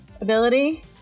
ability